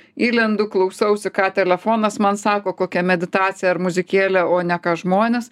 įlendu klausausi ką telefonas man sako kokia meditacija ar muzikėlė o ne ką žmonės